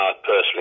personally